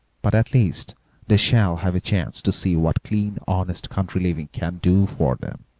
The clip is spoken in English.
but at least they shall have a chance to see what clean, honest, country living can do for them.